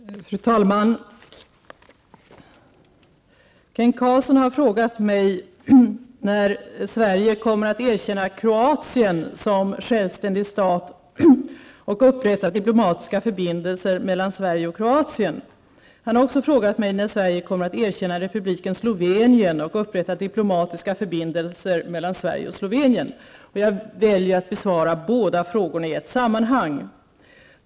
Fru talman! Kent Carlsson har frågat mig när Sverige kommer att erkänna Kroatien som självständig stat och upprätta diplomatiska förbindelser mellan Sverige och Kroatien. Han har också frågat mig när Sverige kommer att erkänna republiken Slovenien och upprätta diplomatiska förbindelser mellan Sverige och Slovenien. Jag väljer att besvara båda frågorna i ett sammanhang.